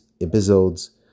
episodes